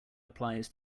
applies